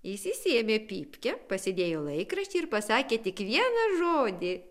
jis išsiėmė pypkę pasidėjo laikraštį ir pasakė tik vieną žodį